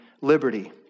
liberty